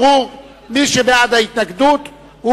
ומי שבעד ההתנגדות,